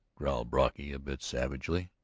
growled brocky a bit savagely.